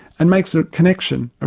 and makes a connection,